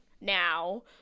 now